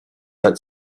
that